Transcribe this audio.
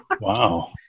Wow